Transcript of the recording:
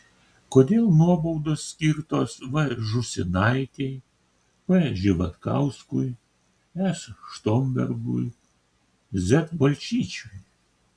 kodėl nuobaudos skirtos v žūsinaitei p živatkauskui s štombergui z balčyčiui